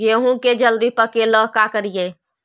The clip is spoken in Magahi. गेहूं के जल्दी पके ल का करियै?